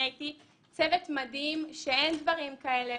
צוות מדהים שאין דברים כאלה,